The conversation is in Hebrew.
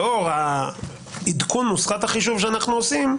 לאור עדכון של נוסחת החישוב שאנחנו עושים,